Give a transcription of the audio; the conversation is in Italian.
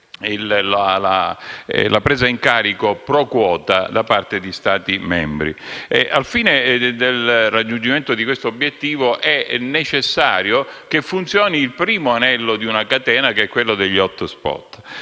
la presa incarico *pro quota* da parte di Stati membri. Al fine di raggiungere questo obiettivo è necessario che funzioni il primo anello di una catena, che è quello degli *hotspot*